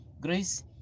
grace